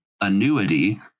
annuity